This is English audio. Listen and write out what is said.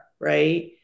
right